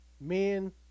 Men